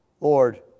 Lord